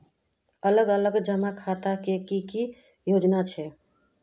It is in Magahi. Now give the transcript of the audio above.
अलग अलग जमा खातार की की योजना छे?